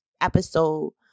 episode